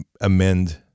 amend